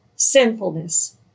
sinfulness